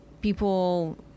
people